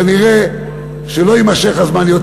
כנראה שלא יימשך הזמן יותר,